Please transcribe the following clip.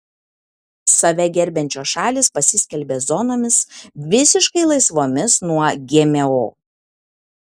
save gerbiančios šalys pasiskelbė zonomis visiškai laisvomis nuo gmo